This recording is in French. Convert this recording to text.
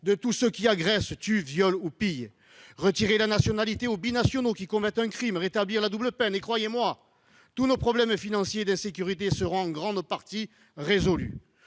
de tous ceux qui agressent, tuent, violent ou font pire encore, à retirer la nationalité aux binationaux qui commettent un crime, à rétablir la double peine. Croyez-moi, tous nos problèmes financiers liés à l'insécurité seront alors en grande partie résolus.